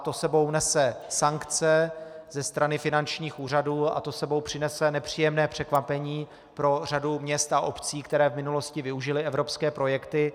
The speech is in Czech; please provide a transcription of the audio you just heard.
To s sebou nese sankce ze strany finančních úřadů a to s sebou přinese nepříjemné překvapení pro řadu měst a obcí, které v minulosti využily evropské projekty.